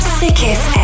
sickest